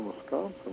Wisconsin